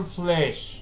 flesh